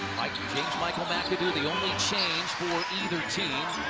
michael mcadoo, the only change for either team.